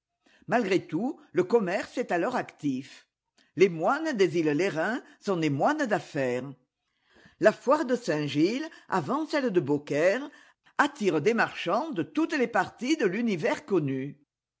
malgré tout le commerce est alors actif les moines des îles lérins sont des moines d'affaires la foire de saint-gilles avant celle de beaucaire attire des marchands de toutes les parties de l'univers connu